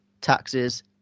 taxes